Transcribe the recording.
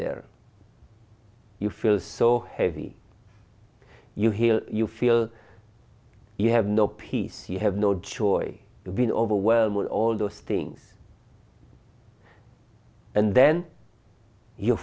there you feel so heavy you heal you feel you have no peace you have no choice when overwhelmed with all those things and then your